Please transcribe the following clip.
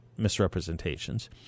misrepresentations